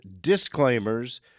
disclaimers